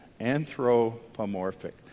anthropomorphic